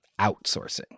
Outsourcing